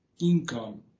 income